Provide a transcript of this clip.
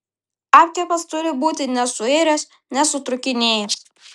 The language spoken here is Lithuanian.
apkepas turi būti nesuiręs nesutrūkinėjęs